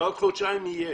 בעוד חודשיים יהיה.